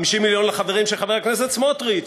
50 מיליון לחברים של חבר הכנסת סמוטריץ,